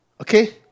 okay